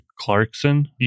Clarkson